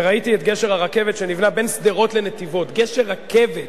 וראיתי את גשר הרכבת שנבנה בין שדרות לנתיבות גשר רכבת.